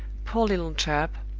poor little chap!